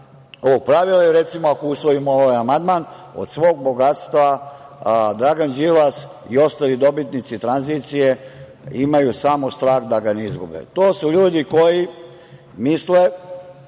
ovog pravila, i recimo ako usvojimo ovaj amandman od svog bogatstva Dragan Đilas i ostali dobitnici tranzicije imaju samo strah da ga ne izgube. To su ljudi koji misle